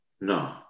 No